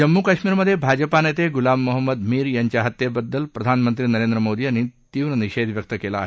जम्मू कश्मिरमधे भाजपा नेते गुलाम मोहम्मद मीर यांच्या हत्येबद्दल प्रधानमंत्री नरेंद्र मोदी यांनी तीव्र निषेध व्यक्त केला आहे